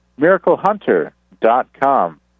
MiracleHunter.com